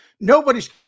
Nobody's